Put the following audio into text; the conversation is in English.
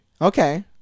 Okay